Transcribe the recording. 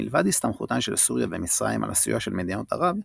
מלבד הסתמכותן של סוריה ומצרים על הסיוע של מדינות ערב,